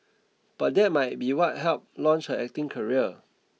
but that might be what helped launch her acting career